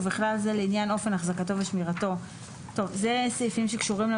ובכלל זה לעניין אופן החזקתו ושמירתו של מידע